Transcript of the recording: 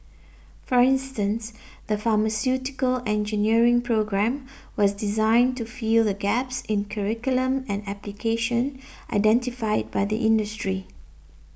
for instance the pharmaceutical engineering programme was designed to fill the gaps in curriculum and application identified by the industry